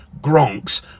gronks